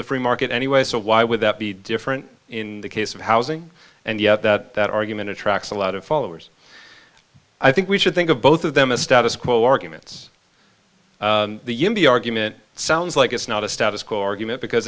the free market anyway so why would that be different in the case of housing and yet that argument attracts a lot of followers i think we should think of both of them a status quo arguments the argument sounds like it's not a status quo argument because